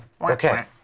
Okay